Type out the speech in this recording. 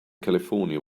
california